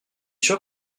sûr